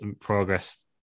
progress